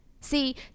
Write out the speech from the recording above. See